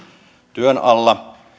työn alla